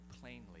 plainly